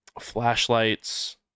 flashlights